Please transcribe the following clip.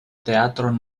teatro